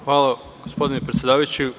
Hvala gospodine predsedavajući.